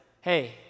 hey